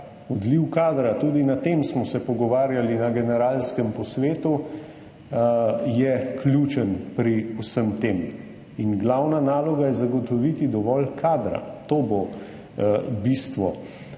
odliv kadra, tudi o tem smo se pogovarjali na generalskem posvetu, je ključen pri vsem tem. In glavna naloga je zagotoviti dovolj kadra. To bo bistvo.